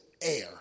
air